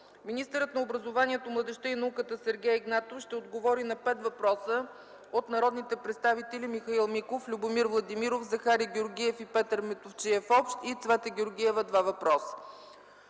Министърът на образованието, младежта и науката Сергей Игнатов ще отговори на пет въпроса от народните представители Михаил Миков, Любомир Владимиров, Захари Георгиев и Петър Мутафчиев – общ въпрос, и Цвета Георгиева – два въпроса.